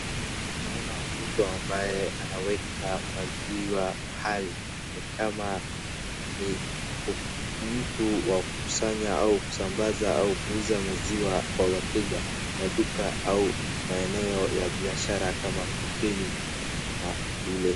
Naona mtu ambaye anaweka maziwa pahali. Ni kama mtu kukusanya au kusambaza au kuuza maziwa kwa wateja wa duka au maeneo ya biashara kama hoteli na shule.